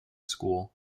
school